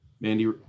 Mandy